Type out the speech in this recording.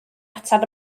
ateb